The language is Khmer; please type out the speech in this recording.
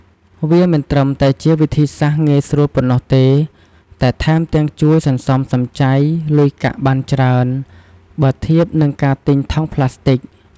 វាមិនត្រឹមតែជាវិធីសាស្ត្រងាយស្រួលប៉ុណ្ណោះទេ តែថែមទាំងជួយ សន្សំសំចៃ លុយកាក់បានច្រើន បើធៀបនឹងការទិញថង់ប្លាស្ទិក។